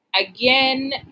Again